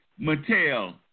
Mattel